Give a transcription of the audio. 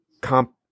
comp